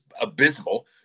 abysmal